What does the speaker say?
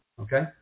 Okay